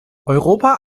europa